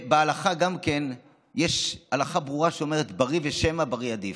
יש הלכה ברורה שאומרת: ברי ושמא, ברי עדיף.